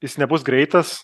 jis nebus greitas